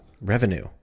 Revenue